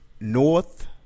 North